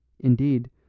Indeed